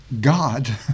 God